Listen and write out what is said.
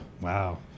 Wow